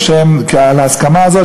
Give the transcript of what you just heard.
על ההסכמה הזאת,